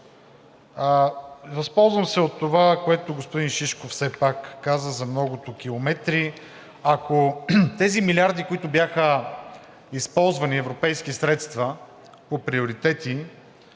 Възползвам се от това, което господин Шишков все пак каза за многото километри. Ако тези милиарди европейски средства по приоритети,